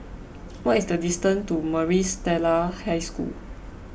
what is the distance to Maris Stella High School